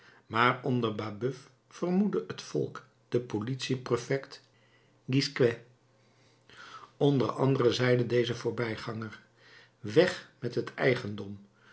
maar onder babeuf vermoedde het volk den politieprefekt gisquet onder andere zei deze voorbijganger weg met den eigendom